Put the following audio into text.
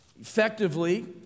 Effectively